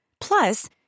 Plus